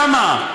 נמצאים שם.